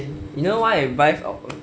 you know why I buy from